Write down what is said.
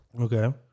Okay